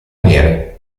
nere